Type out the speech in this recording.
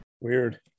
Weird